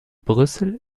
brüssel